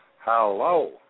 Hello